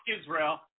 Israel